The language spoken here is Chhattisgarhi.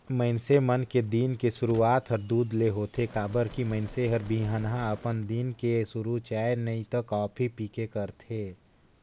मइनसे मन के दिन के सुरूआत हर दूद ले होथे काबर की मइनसे हर बिहनहा अपन दिन के सुरू चाय नइ त कॉफी पीके करथे